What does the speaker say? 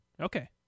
okay